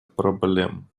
проблем